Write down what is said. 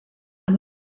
amb